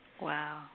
Wow